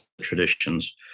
traditions